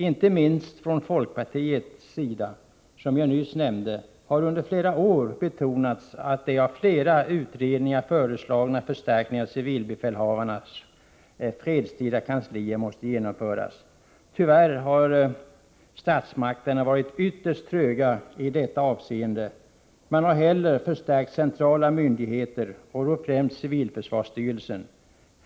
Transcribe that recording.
Inte minst från folkpartiets sida har, som jag nyss nämnde, under flera år betonats att den av flera utredningar föreslagna förstärkningen av civilbefälhavarnas fredstida kanslier måste genomföras. Tyvärr har statsmakterna varit ytterst tröga i detta avseende. Man har hellre förstärkt centrala myndigheter och då främst civilförsvarsstyrelsen.